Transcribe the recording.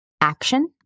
action